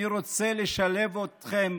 אני רוצה לשלב אתכם,